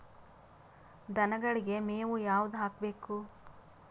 ದನಗಳಿಗೆ ಮೇವು ಯಾವುದು ಹಾಕ್ಬೇಕು?